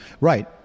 Right